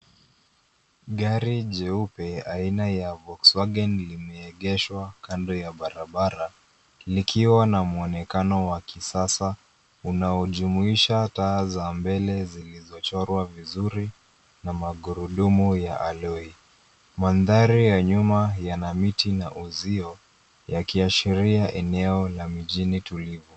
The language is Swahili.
Gari jeupe aina ya Volkswagon limeegeshwa kando ya barabara, likiwa na mwonekano wa kisasa unaojumuisha taa za mbele zilizochorwa vizuri na magurudumu ya Aloy. Mandhari ya nyuma yana miti na uzio, yakiashiria eneo la mijini tulivu.